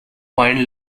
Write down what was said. point